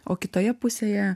o kitoje pusėje